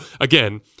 again